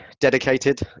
dedicated